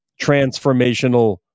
transformational